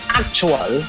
actual